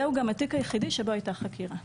זהו גם התיק היחידי שבו הייתה החקירה.